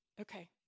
Okay